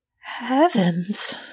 Heavens